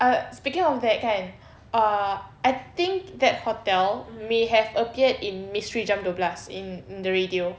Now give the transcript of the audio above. uh speaking of that kan uh I think that hotel may have appeared in misteri jam dua belas in in the radio